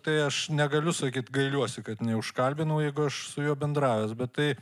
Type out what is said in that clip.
tai aš negaliu sakyt gailiuosi kad neužkalbinau jeigu aš su juo bendravęs bet tai